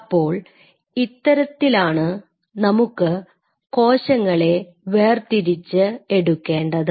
അപ്പോൾ ഇത്തരത്തിലാണ് നമുക്ക് കോശങ്ങളെ വേർതിരിച്ച് എടുക്കേണ്ടത്